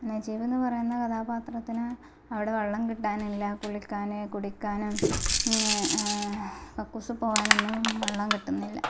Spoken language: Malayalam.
നജീബ്ന്ന് പറയുന്ന കഥാപാത്രത്തിനെ അവിടെ വള്ളം കിട്ടാനില്ല കുളിക്കാൻ കുടിക്കാനും കക്കൂസിപ്പോകാനൊന്നും വെള്ളം കിട്ടുന്നില്ല